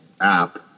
app